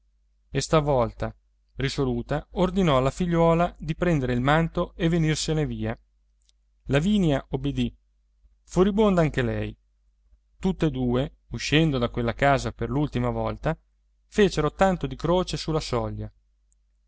e stavolta risoluta ordinò alla figliuola di prendere il manto e venirsene via lavinia obbedì furibonda anche lei tutt'e due uscendo da quella casa per l'ultima volta fecero tanto di croce sulla soglia